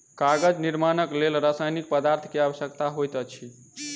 कागज निर्माणक लेल रासायनिक पदार्थ के आवश्यकता होइत अछि